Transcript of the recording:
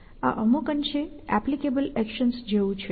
આ અમુક અંશે એપ્લિકેબલ એક્શન્સ જેવું છે